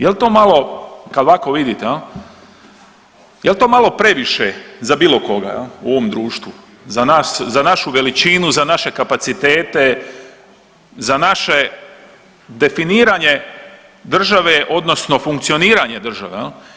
Jel to malo kad ovako vidite jel, jel to malo previše za bilo koga jel u ovom društvu, za nas, za našu veličinu, za naše kapacitete, za naše definiranje države odnosno funkcioniranje države?